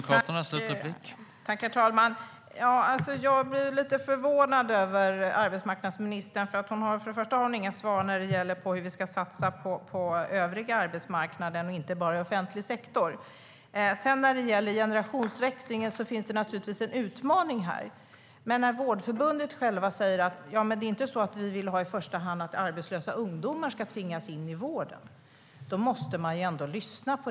Herr talman! Jag blir lite förvånad över arbetsmarknadsministern. Först och främst har hon inga svar på hur vi ska satsa på den övriga arbetsmarknaden och inte bara på offentlig sektor. Det finns naturligtvis en utmaning i generationsväxlingen. När Vårdförbundet självt säger att man inte vill tvinga in arbetslösa ungdomar i vården måste vi lyssna.